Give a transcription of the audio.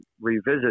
revisit